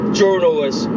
journalist